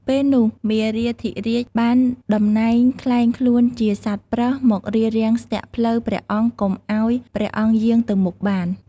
ពេលនោះ មារាធិរាជបានដំណែងក្លែងខ្លួនជាសត្វប្រើសមករារាំងស្ទាក់ផ្លូវព្រះអង្គកុំឱ្យព្រះអង្គយាង ទៅមុខបាន។